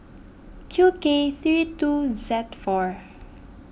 Q K three two Z four